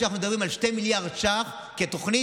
כשאנחנו מדברים על 2 מיליארד שקלים בתוכנית,